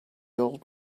old